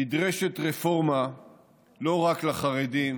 נדרשת רפורמה לא רק לחרדים